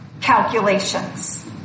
calculations